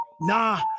Nah